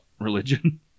religion